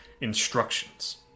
instructions